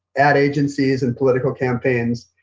ad agencies and political campaigns.